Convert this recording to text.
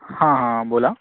हां हां हां बोला